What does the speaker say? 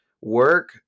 work